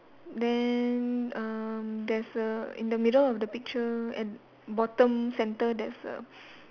then uh there's a in the middle of the picture at bottom centre there's a